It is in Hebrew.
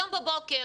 הבוקר